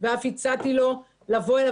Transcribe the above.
ואף הצעתי לו לבוא אלי.